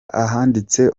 ahanditse